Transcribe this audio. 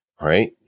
right